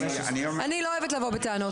אני לא אוהבת לבוא בטענות.